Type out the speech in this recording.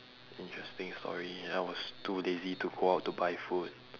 interesting story I was too lazy to go out to buy food